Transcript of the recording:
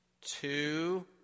two